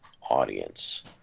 audience